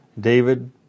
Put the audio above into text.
David